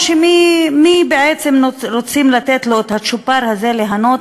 או מי בעצם רוצים לתת לו את הצ'ופר הזה ליהנות